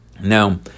Now